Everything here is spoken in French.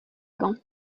gand